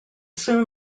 soon